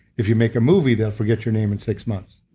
if you make a movie, they'll forget your name in six months.